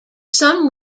some